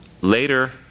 Later